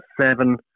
seven